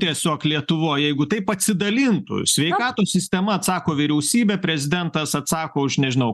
tiesiog lietuvoj jeigu taip atsidalintų sveikatos sistema atsako vyriausybė prezidentas atsako už nežinau